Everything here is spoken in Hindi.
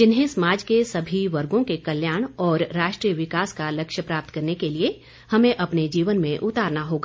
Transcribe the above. जिन्हें समाज के सभी वर्गों के कल्याण और राष्ट्रीय विकास का लक्ष्य प्राप्त करने के लिए हमें अपने जीवन में उतारना होगा